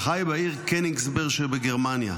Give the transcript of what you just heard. וחי בעיר קניגסברג שבגרמניה.